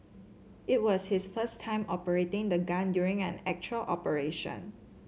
it was his first time operating the gun during an actual operation